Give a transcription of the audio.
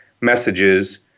messages